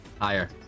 Higher